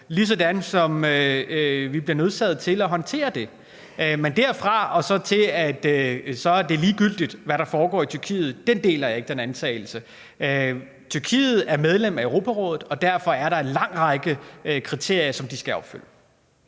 valgt, og vi bliver nødsaget til at håndtere det. Men derfra og så til at sige, at det er ligegyldigt, hvad der foregår i Tyrkiet – den holdning deler jeg ikke. Tyrkiet er medlem af Europarådet, og derfor er der en lang række kriterier, som de skal opfylde.